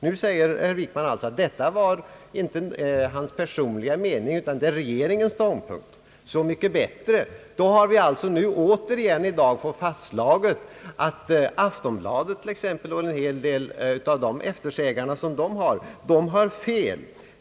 Nu förklarar herr Wickman att detta icke var hans personliga mening utan regeringens ståndpunkt. Så mycket bättre. Då har vi återigen i dag fått fastslaget att t.ex. Aftonbladet och en del av dess eftersägare har fel.